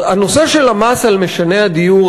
הנושא של המס על משני הדיור,